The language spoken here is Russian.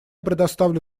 предоставлю